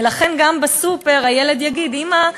ולכן גם בסופר הילד יגיד: אימא,